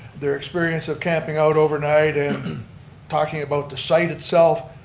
their experience of camping out overnight and talking about the site itself,